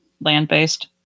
land-based